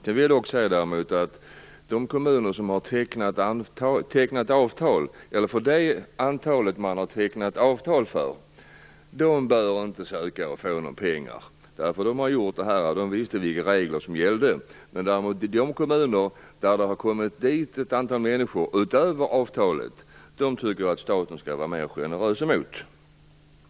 Kommunerna bör inte ansöka om pengar för det antal asylbeviljade som de har tecknat avtal för, därför att de har vetat vilka regler som gällde. Men mot de kommuner som fått ta emot ett antal människor utöver avtalet tycker jag däremot att staten skall vara mer generös.